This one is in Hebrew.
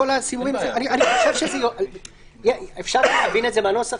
לעניין חקירה אפידמיולוגית אפשר לסגור